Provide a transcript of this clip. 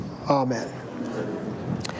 Amen